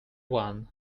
one